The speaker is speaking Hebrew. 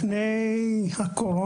אני רוצה לציין את המספרים כדי שכולם